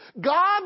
God